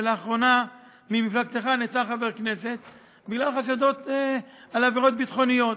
ולאחרונה ממפלגתך נעצר חבר כנסת בגלל חשדות על עבירות ביטחוניות.